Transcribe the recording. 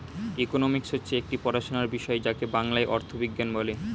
economics হচ্ছে একটি পড়াশোনার বিষয় যাকে বাংলায় অর্থবিজ্ঞান বলে